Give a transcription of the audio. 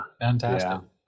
Fantastic